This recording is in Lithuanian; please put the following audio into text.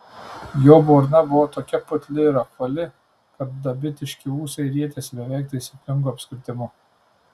jo burna buvo tokia putli ir apvali kad dabitiški ūsai rietėsi beveik taisyklingu apskritimu